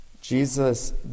Jesus